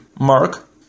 Mark